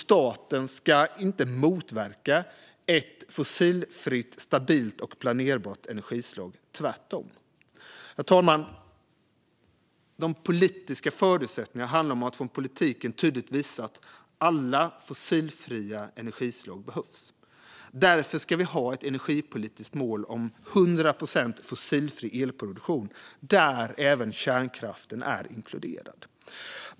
Staten ska inte motverka ett fossilfritt, stabilt och planerbart energislag - tvärtom. Herr talman! De politiska förutsättningarna handlar om att från politikens sida tydligt visa att alla fossilfria energislag behövs. Därför ska vi ha ett energipolitiskt mål om 100 procent fossilfri elproduktion där även kärnkraften är inkluderad.